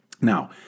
Now